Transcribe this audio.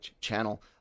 channel